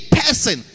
person